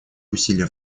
усилия